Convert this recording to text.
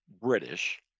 British